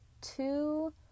two